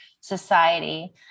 society